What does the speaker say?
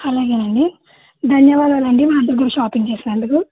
అలాగేనండి ధన్యవాదాలండి మా దగ్గర షాపింగ్ చేసినందుకు